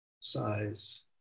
size